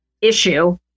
issue